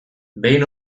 behin